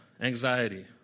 anxiety